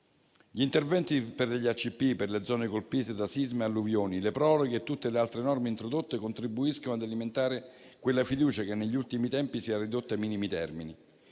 Gli interventi per gli IACP, per le zone colpite da sisma e alluvioni, le proroghe e tutte le altre norme introdotte contribuiscono ad alimentare quella fiducia che negli ultimi tempi si era ridotta ai minimi termini.